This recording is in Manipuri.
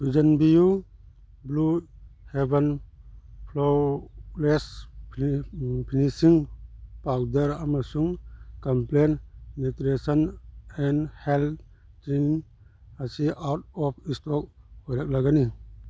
ꯊꯨꯖꯟꯕꯤꯌꯨ Blue Heaven flawless finishing powder ꯑꯃꯁꯨꯡ Complan nutrition and health drink ꯑꯁꯤ ꯑꯥꯎꯠ ꯑꯣꯐ ꯁ꯭ꯇꯣꯛ ꯑꯣꯏꯔꯛꯂꯒꯅꯤ